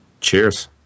Cheers